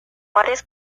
varias